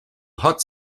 hot